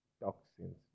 toxins